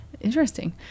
Interesting